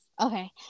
Okay